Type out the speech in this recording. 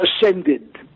ascended